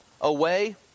away